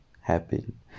happen